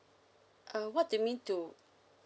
uh what they mean to